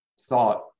thought